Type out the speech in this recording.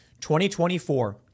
2024